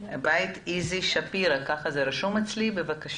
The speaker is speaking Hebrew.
בבית איזי שפירא, בבקשה.